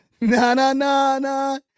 na-na-na-na